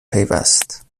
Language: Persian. پیوست